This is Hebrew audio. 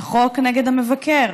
החוק נגד המבקר.